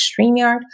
StreamYard